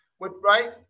right